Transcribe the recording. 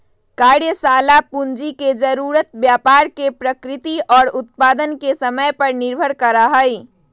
कार्यशाला पूंजी के जरूरत व्यापार के प्रकृति और उत्पादन के समय पर निर्भर करा हई